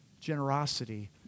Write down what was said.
generosity